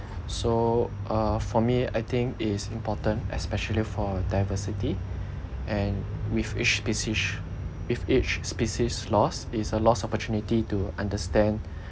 so uh for me I think is important especially for diversity and with each species with each species lost is a lost opportunity to understand